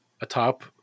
atop